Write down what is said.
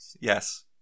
Yes